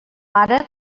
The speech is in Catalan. mare